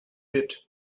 bit